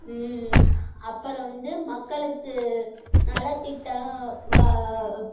அப்புறம் வந்து மக்களுக்கு நல திட்டம் வா